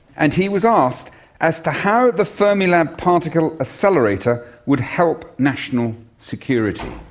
and he was asked as to how the fermilab particle accelerator would help national security.